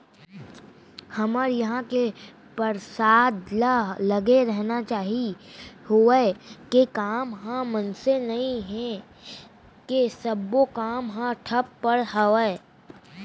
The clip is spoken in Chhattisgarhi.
हमर इहाँ के पार्षद ल लगे रहना चाहीं होवत हे काम ह अइसे नई हे के सब्बो काम ह ठप पड़े हवय